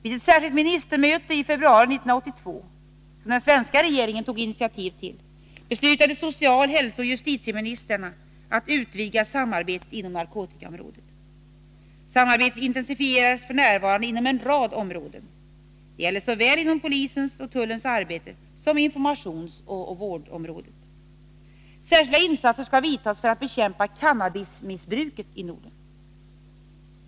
Vid ett särskilt ministermöte i februari 1982, som den svenska regeringen tog initiativ till, beslutade social-, hälsooch justitieministrarna att utvidga samarbetet inom narkotikaområdet. Samarbetet intensifieras f.n. inom en rad områden. Det gäller såväl inom polisens och tullens arbete som inom informationsoch vårdområdet. Särskilda insatser skall vidtas för att bekämpa cannabismissbruket i Norden.